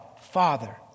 Father